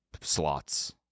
slots